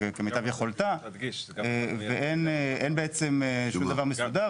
ואין משהו מסודר.